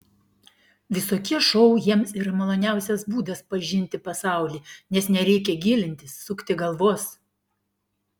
visokie šou jiems yra maloniausias būdas pažinti pasaulį nes nereikia gilintis sukti galvos